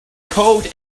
coat